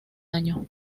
año